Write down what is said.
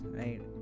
right